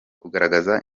kugaragaza